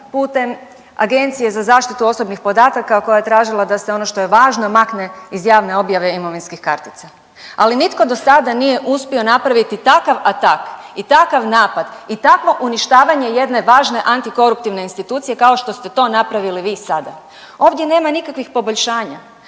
putem Agencije za zaštitu osobnih podataka koja je tražila da se ono što je važno, makne iz javne objave imovinskih kartica, ali nitko do sada nije uspio napraviti takav atak i takav napad i takvo uništavanje jedne važne antikoruptivne institucije kao što ste to napravili vi sada. Ovdje nema nikakvih poboljšanja.